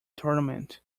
tournament